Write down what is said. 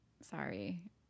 sorry